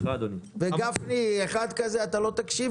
אחד כמו גפני, אתה לא תקשיב